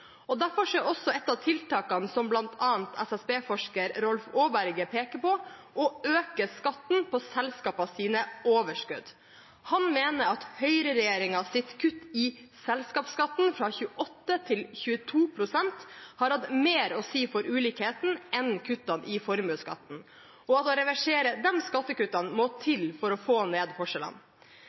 Derfor er også et av tiltakene som bl.a. SSB-forsker Rolf Aaberge peker på, å øke skatten på selskapenes overskudd. Han mener at høyreregjeringens kutt i selskapsskatten fra 28 til 22 pst. har hatt mer å si for ulikheten enn kuttene i formuesskatten, og at å reversere disse skattekuttene må til for å få ned forskjellene.